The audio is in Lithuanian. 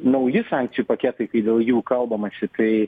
nauji sankcijų paketai kai dėl jų kalbamasi tai